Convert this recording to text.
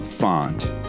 Font